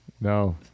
No